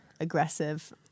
aggressive